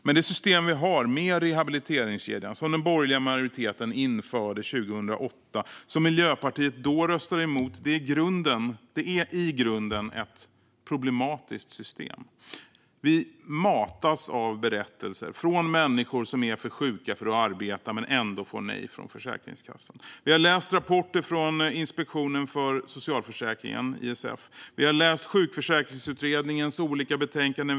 Men det system vi har, med rehabiliteringskedjan, som den borgerliga majoriteten införde 2008 och som Miljöpartiet då röstade emot, är i grunden problematiskt. Vi matas med berättelser från människor som är för sjuka för att arbeta men ändå får nej från Försäkringskassan. Vi har läst rapporter från Inspek-tionen för socialförsäkringen, ISF. Vi har läst Sjukförsäkringsutredningens olika betänkanden.